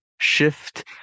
shift